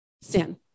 sin